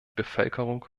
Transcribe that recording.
bevölkerung